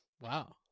Wow